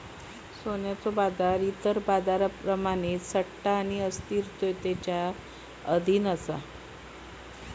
सोन्याचो बाजार इतर बाजारांप्रमाणेच सट्टा आणि अस्थिरतेच्यो अधीन असा